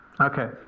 Okay